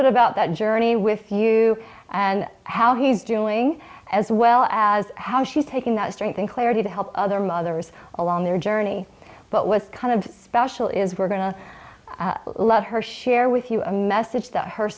bit about that journey with you and how he's doing as well as how she's taking that strength and clarity to help other mothers along their journey but what kind of special is we're going to love her share with you a message that her